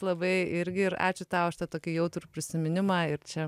labai irgi ir ačiū tau už tą tokį jautrų prisiminimą ir čia